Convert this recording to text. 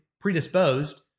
predisposed